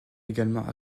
également